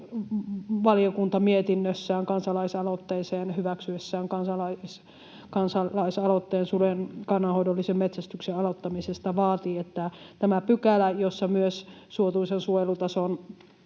valiokunta mietinnössään kansalaisaloitteeseen, hyväksyessään kansalaisaloitteen suden kannanhoidollisen metsästyksen aloittamisesta vaatii, että tämä pykälä, jossa myös suotuisan suojelutason